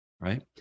Right